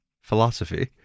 Philosophy